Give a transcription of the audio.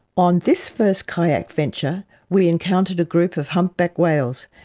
on this first kayak venture we encountered a group of humpback whales.